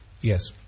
Yes